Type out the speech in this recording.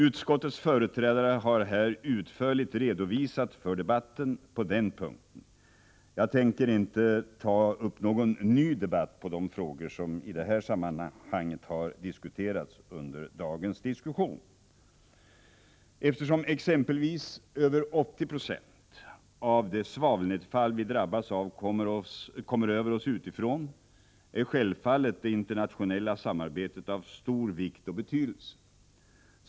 Utskottets företrädare har utförligt redovisat debatten på den punkten, och jag tänker inte ta upp någon ny debatt beträffande de frågor som i det sammanhanget diskuterats under dagen. Eftersom exempelvis över 80 90 av det svavelnedfall vi drabbas av kommer över oss utifrån är det internationella samarbetet självfallet av stor vikt och betydelse.